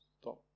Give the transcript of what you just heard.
stop